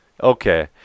okay